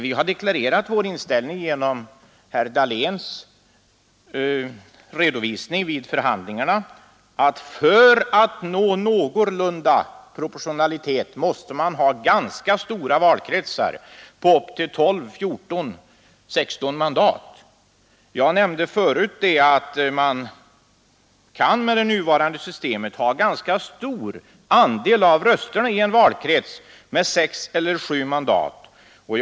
Genom herr Dahléns redovisning vid förhandlingarna har vi deklarerat vår inställning i det fallet, alltså att man för att få någorlunda tillfredsställande proportionalitet måste ha ganska stora valkretsar på 12 till 16 mandat. Som jag nämnde tidigare kan ett parti med nuvarande system få en ganska stor andel av rösterna i en valkrets med sex eller sju mandat och ändå bli orepresenterat.